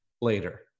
later